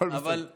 הכול בסדר.